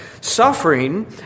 suffering